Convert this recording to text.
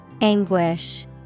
Anguish